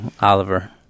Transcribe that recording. Oliver